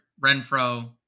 Renfro